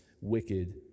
wicked